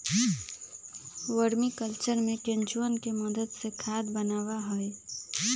vermi culture में केंचुवन के मदद से खाद बनावा हई